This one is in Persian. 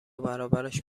برابرش